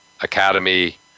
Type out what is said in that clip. academy